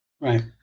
Right